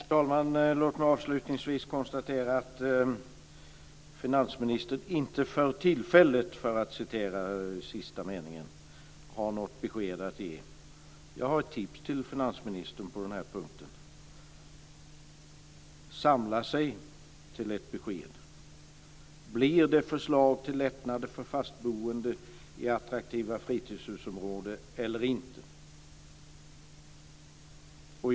Fru talman! Låt mig avslutningsvis konstatera att finansministern inte "för tillfället", för att citera den sista meningen i svaret, har något besked att ge. Jag har ett tips till finansministern på den här punkten. Det gäller att samla sig till ett besked. Blir det förslag till lättnader för fastboende i attraktiva fritidshusområden eller inte?